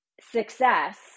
success